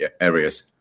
areas